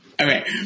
Okay